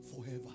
forever